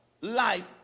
life